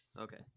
Okay